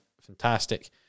Fantastic